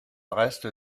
reste